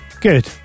Good